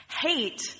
hate